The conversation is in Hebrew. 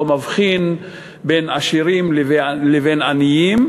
שלא מבחין בין עשירים לבין עניים.